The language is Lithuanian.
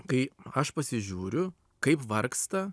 kai aš pasižiūriu kaip vargsta